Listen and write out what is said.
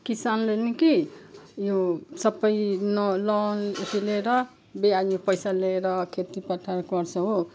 किसानले नि कि यो सबै नै लोन अथी लिएर ब्याजमा पैसा लिएर खेतीपाती गर्छ हो